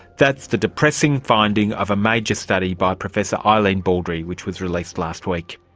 that's the depressing finding of a major study by professor eileen baldry which was released last week.